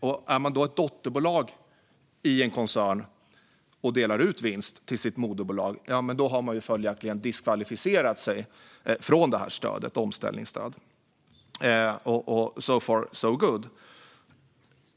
Och är man då ett dotterbolag i en koncern och delar ut vinst till sitt moderbolag har man följaktligen diskvalificerat sig för omställningsstödet. So far, so good.